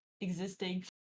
existing